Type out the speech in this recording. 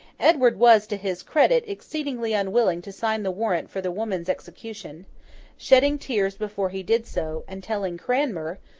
edward was, to his credit, exceedingly unwilling to sign the warrant for the woman's execution shedding tears before he did so, and telling cranmer,